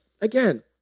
again